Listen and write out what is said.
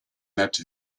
net